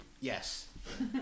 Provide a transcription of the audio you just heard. yes